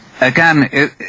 Again